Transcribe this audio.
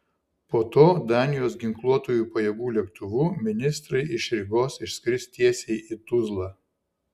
po to danijos ginkluotųjų pajėgų lėktuvu ministrai iš rygos išskris tiesiai į tuzlą